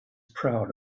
proud